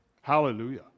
Hallelujah